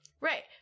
Right